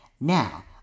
Now